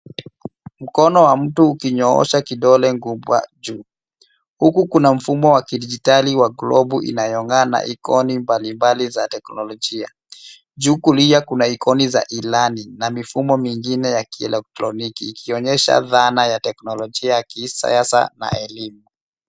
Mkono wa mtu ukinyoosha kidole kubwa juu. Huku kuna mfumo wa kidijitali wa globu inayong'aa na ikoni mbalimbali za teknolojia. Juu kulia kuna ikoni za ilani na mifumo mingine ya kielektronoki ikionyesha dhana ya kiteknolojia ya kisasa na elimu.